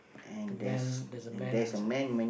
the man there's a man inside